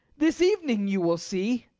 this evening you will see.